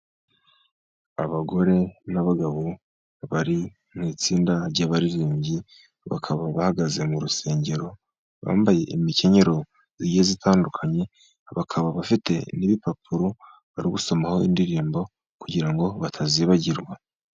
Abagore n'abagabo bari mu itsinda ry'abaririmbyi bakaba bahagaze mu rusengero, bambaye imikenyero igiye itandukanye bakaba bafite impapuro bari gusomaho indirimbo, kugira ngo batazibagirwa.